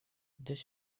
this